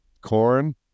Corn